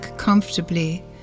comfortably